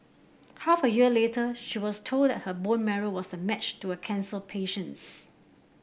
half a year later she was told that her bone marrow was a match to a cancer patient's